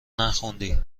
نخوندی